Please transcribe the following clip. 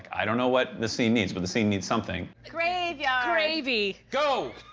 i don't know what the scene needs, but the scene needs something. graveyard. gravy. go!